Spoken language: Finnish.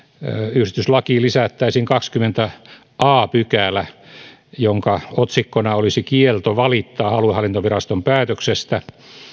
yhdistyslakiin lisättäisiin kahdeskymmenes a pykälä jonka otsikkona olisi kielto valittaa aluehallintoviraston päätöksestä